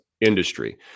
industry